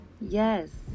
yes